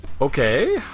Okay